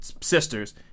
sisters